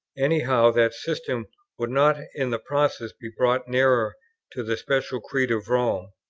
any how that system would not in the process be brought nearer to the special creed of rome,